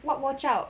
what watch out